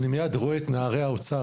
אני מייד רואה את נערי האוצר,